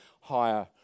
higher